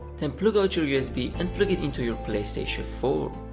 then plug out your usb and plug it into your playstation four.